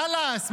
חלאס.